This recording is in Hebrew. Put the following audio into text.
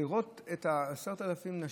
את 10,000 הנשים,